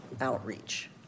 outreach